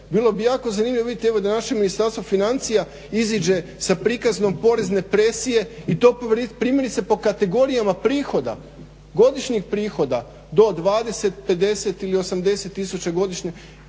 Bilo bi jako zanimljivo vidjeti evo da naše Ministarstvo financija iziđe sa prikazom porezne presije i to primjerice po kategorijama prihoda, godišnjih prihoda, do 20, 50 ili 80 tisuća godišnje